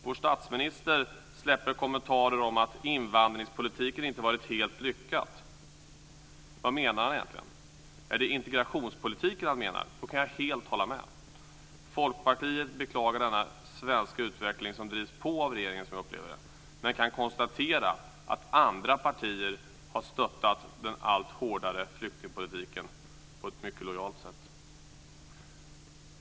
Vår statsminister släpper kommentarer om att invandringspolitiken inte varit helt lyckad. Vad menar han egentligen? Om det är integrationspolitiken han menar, kan jag helt hålla med. Folkpartiet beklagar denna svenska utveckling som drivs på av regeringen, som jag upplever det. Men vi kan också konstatera att andra partier har stöttat den allt hårdare flyktingpolitiken på ett mycket lojalt sätt.